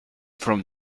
from